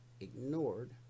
ignored